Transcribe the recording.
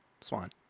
Swan